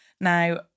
Now